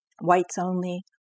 whites-only